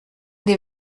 des